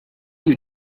you